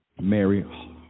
Mary